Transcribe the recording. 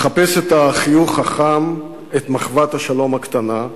מחפש את החיוך החם, את מחוות השלום הקטנה,